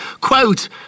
Quote